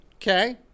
Okay